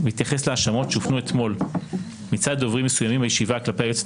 בהתייחס להאשמות שהופנו אתמול מצד דוברים מסוימים בישיבה כלפי היועצת